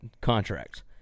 contracts